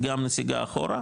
גם נסיגה אחורה,